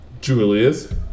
Julius